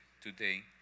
today